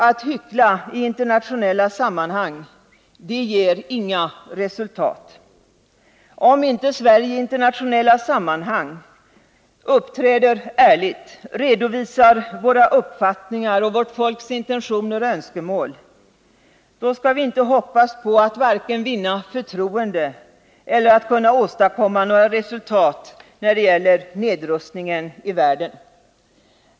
Att hyckla i internationella sammanhang ger inga resultat. Om inte Sverige i internationella sammanhang uppträder ärligt, redovisar våra uppfattningar och vårt folks intentioner och önskemål, då skall vi inte hoppas på att vafe sig vinna förtroende eller kunna åstadkomma några resultat när det gäller nedrustningen i världen.